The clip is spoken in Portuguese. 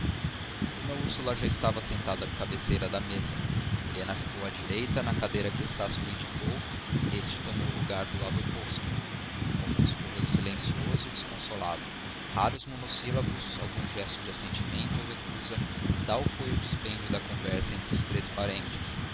d úrsula já estava sentada à cabeceira da mesa helena ficou à direita na cadeira que estácio lhe indicou este tomou lugar do lado oposto o almoço correu silencioso e desconsolado raros monossílabos alguns gestos de assentimento ou recusa tal foi o dispêndio da conversa entre os três parentes